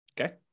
okay